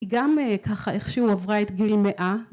גם ככה איך שהוא עברה את גיל מאה